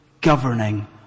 governing